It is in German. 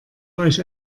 euch